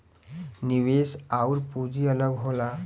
निवेश आउर पूंजी अलग होला